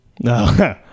No